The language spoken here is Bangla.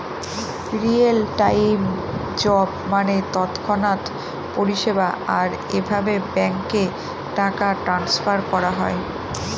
রিয়েল টাইম জব মানে তৎক্ষণাৎ পরিষেবা, আর এভাবে ব্যাঙ্কে টাকা ট্রান্সফার করা হয়